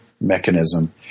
mechanism